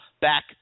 back